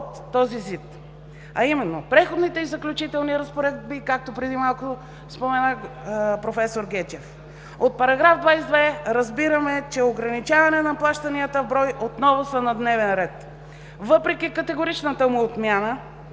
този ЗИД, а именно „Преходните и заключителни разпоредби“, както преди малко спомена, професор Гечев. От § 22 разбираме, че ограничаване на плащанията в брой отново са на дневен ред въпреки категоричната му отмяна